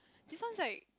this one like